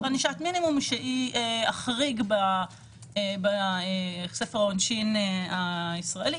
ענישת מינימום שהיא החריג בספר העונשין הישראלי.